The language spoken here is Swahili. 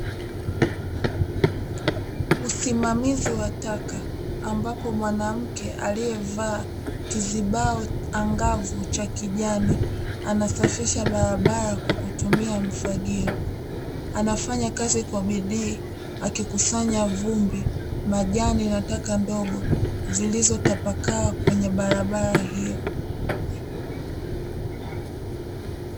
Usimamizi wa taka ambapo mwanamke aliyevaa kizibao angavu cha kijani anasafisha barabara kwa kutumia mfagio anafanya kazi kwa bidii akikusanya vumbi majani nataka ndogo zilizotapakaa kwenye barabara hiyo.